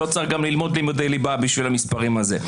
לא צריך ללמוד לימודי ליבה בשביל המספרים האלה.